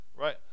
right